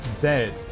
dead